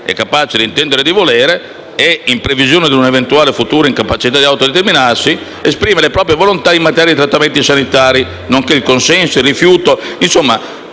e capace di intendere e di volere, in previsione di un'eventuale futura incapacità di autodeterminarsi, esprime le proprie volontà in materia di trattamenti sanitari, nonché il consenso o il rifiuto.